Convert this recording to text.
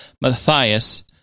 Matthias